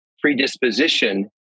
predisposition